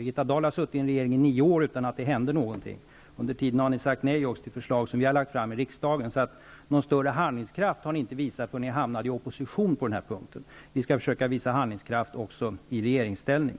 Birgitta Dahl har suttit i en re gering i nio år utan att det hände någonting. Under tiden har ni också sagt nej till förslag som vi har lagt fram i riksdagen, så någon större handlings kraft har ni inte visat på den här punkten förrän ni hamnade i opposition. Vi skall försöka visa handlingskraft också i regeringsställning.